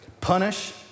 Punish